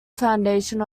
foundation